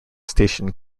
station